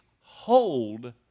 hold